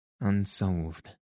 unsolved